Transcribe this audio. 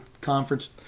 conference